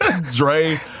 Dre